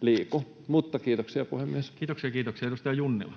liiku. — Kiitoksia, puhemies. Kiitoksia, kiitoksia. — Edustaja Junnila.